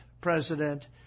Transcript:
president